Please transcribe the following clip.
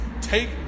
take